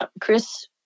Chris